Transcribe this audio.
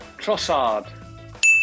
Trossard